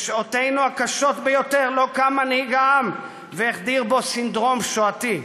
בשעותינו הקשות ביותר לא קם מנהיג העם והחדיר בו סינדרום שואתי.